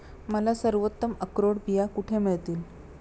मला सर्वोत्तम अक्रोड बिया कुठे मिळतील